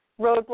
roadblock